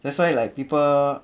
that's why like people